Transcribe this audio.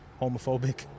homophobic